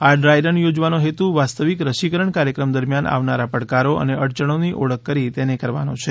આ dry run યોજવાનો હેતુ વાસ્તવિક રસીકરણ કાર્યક્રમ દરમિયાન આવનારા પડકારો અને અડચણોની ઓળખ કરી તેને કરવાનો છે